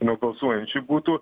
nuo balsuojančių būtų